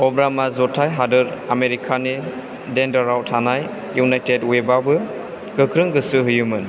अब्रामा जथाय हादोर आमेरिकानि डेनदारआव थानाय इउनाइटेड वेबाबो गोख्रों गोसो होयोमोन